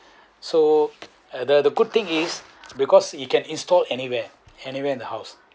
so the the good thing is because it can install anywhere anywhere in the house